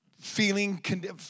feeling